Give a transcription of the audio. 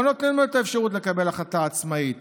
לא נותנים לו את האפשרות לקבל החלטה עצמאית.